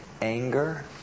anger